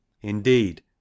Indeed